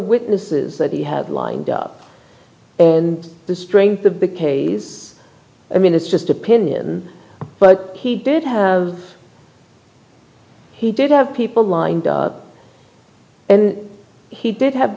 witnesses that he had lined up and the strength the big case i mean it's just opinion but he did have he did have people lined and he did have